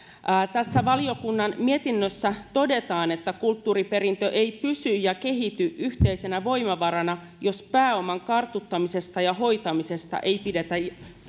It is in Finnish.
tässä valiokunnan mietinnössä todetaan että kulttuuriperintö ei pysy eikä kehity yhteisenä voimavarana jos pääoman kartuttamisesta ja hoitamisesta ei pidetä